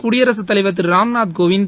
குடியரசுத்தலைவர் திருராம்நாத் கோவிந்த்